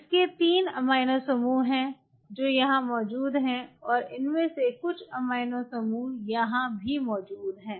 इसके 3 एमिनो समूह हैं जो यहाँ मौजूद हैं और इनमें से कुछ एमिनो समूह यहाँ भी मौजूद हैं